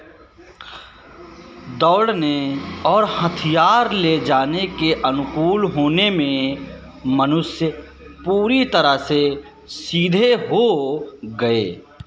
दौड़ने और हथियार ले जाने के अनुकूल होने में मनुष्य पूरी तरह से सीधे हो गए